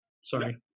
sorry